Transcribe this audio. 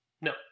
no